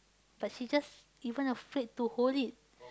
but she just even afraid to hold it